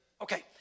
Okay